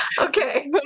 Okay